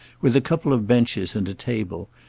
with a couple of benches and a table,